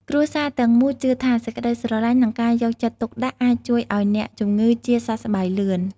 គ្រួសារទាំងមូលជឿថា សេចក្ដីស្រឡាញ់ និងការយកចិត្តទុកដាក់អាចជួយឱ្យអ្នកជំងឺជាសះស្បើយលឿន។